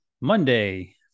Monday